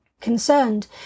Concerned